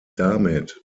damit